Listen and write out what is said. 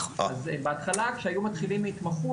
אז בהתחלה כשהיו מתחילים המתמחות,